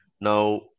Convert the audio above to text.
Now